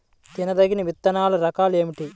తినదగిన విత్తనాల రకాలు ఏమిటి?